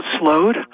slowed